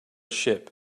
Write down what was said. ship